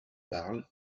parlent